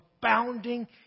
abounding